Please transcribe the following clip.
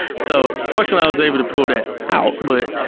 so fortunately i was able to pull it it out, but